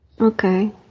Okay